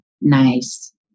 nice